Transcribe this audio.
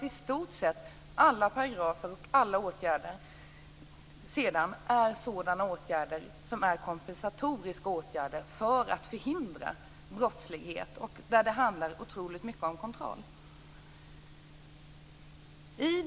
I stort sett alla åtgärder är kompensatoriska åtgärder för att förhindra brottslighet. Det handlar otroligt mycket om kontroll.